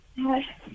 Hi